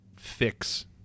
fix